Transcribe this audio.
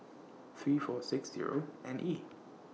three four six Zero N E